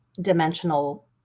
dimensional